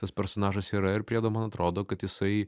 tas personažas yra ir priedo man atrodo kad jisai